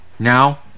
Now